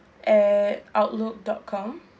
at outlook dot com